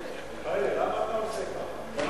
מיכאלי, למה אתה עושה ככה?